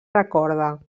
recorda